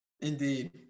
Indeed